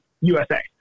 USA